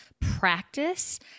practice